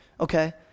okay